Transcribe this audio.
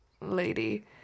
lady